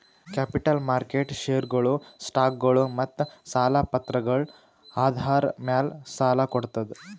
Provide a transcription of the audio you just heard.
capital market ಷೇರ್ಗೊಳು, ಸ್ಟಾಕ್ಗೊಳು ಮತ್ತ್ ಸಾಲ ಪತ್ರಗಳ್ ಆಧಾರ್ ಮ್ಯಾಲ್ ಸಾಲ ಕೊಡ್ತದ್